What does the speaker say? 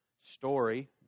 story